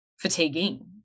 fatiguing